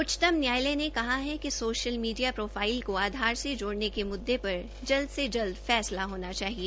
उच्चतम न्यायालय ने कहा है कि सोशल मीडिया प्रोफाइल को आधार से जोइने के मुद्दे पर जल्द से जल्द फैसला होनाचाहिए